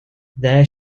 there